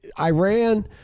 Iran